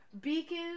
beacon